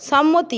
সম্মতি